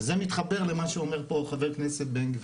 וזה מתחבר למה שאומר פה ח"כ בן גביר.